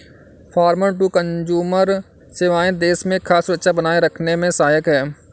farmer to consumer सेवाएं देश में खाद्य सुरक्षा बनाए रखने में सहायक है